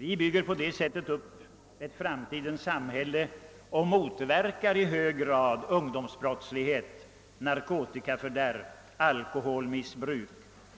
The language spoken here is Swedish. Vi bygger på detta sätt upp ett framtidens samhälle och motverkar i hög grad ungdomsbrottslighet, narkotikafördärv, alkohol missbruk